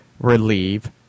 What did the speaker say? relieve